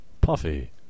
puffy